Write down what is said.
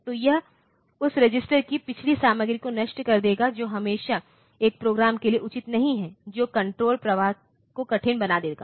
तो यह उस रजिस्टर की पिछली सामग्री को नष्ट कर देगा जो हमेशा एक प्रोग्राम के लिए उचित नहीं है जो कण्ट्रोल प्रवाह को कठिन बना देगा